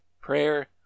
Prayer